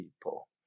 people